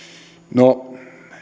no